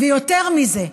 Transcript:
ויותר מזה,